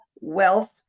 wealth